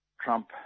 Trump